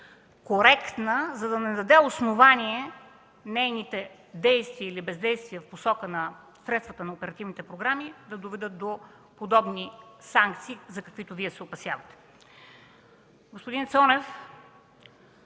коректна, за да не даде основание нейните действия или бездействия в посока на средствата на оперативните програми да доведат до подобни санкции, за каквито Вие се опасявате. Господин Цонев,